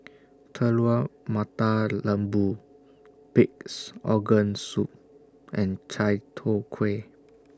Telur Mata Lembu Pig'S Organ Soup and Chai Tow Kuay